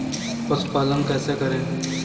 पशुपालन कैसे करें?